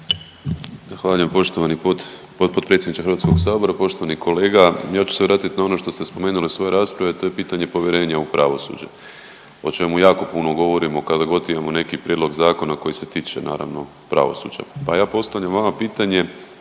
poštovani potpredsjedniče Hrvatskog sabora. Ja ću se vratiti na ono što ste spomenuli u svojoj raspravi, a to je pitanje povjerenja u pravosuđe o čemu jako puno govorimo kada god imamo neki prijedlog zakona koji se tiče naravno pravosuđa. Pa ja postavljam vama pitanje